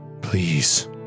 Please